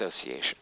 Association